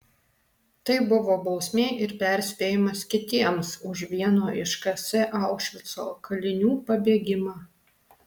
tai buvo bausmė ir perspėjimas kitiems už vieno iš ks aušvico kalinių pabėgimą